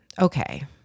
okay